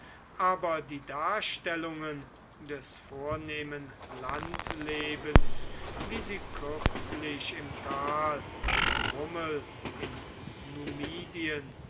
aber die darstellungen des vornehmen landlebens wie sie kürzlich im tal des rummel in